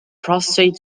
prostrate